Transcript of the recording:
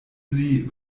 sie